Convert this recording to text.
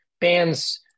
bands